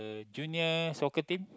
junior soccer team